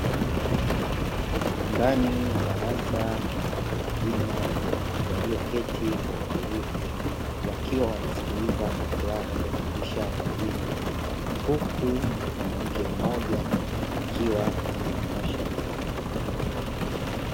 Ndani ya darasa kuna watu wazima walioketi kwa utulivu, wakiwa wanasikiliza kwa furaha wanachofundishwa na mwalimu. Huku mwanamke mmoja akiwa amenyoosha mkono.